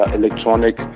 electronic